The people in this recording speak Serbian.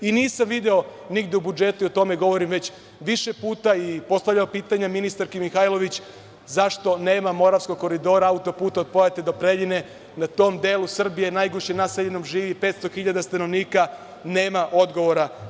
Nisam video nigde u budžetu, a o tome govorim već više puta, i postavljao pitanje ministarki Mihajlović, zašto nema Moravskog koridora, autoputa od Pojata do Preljine, na tom delu Srbije, najgušće naseljenom, živi 500.000 stanovnika, nema odgovora.